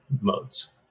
modes